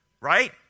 right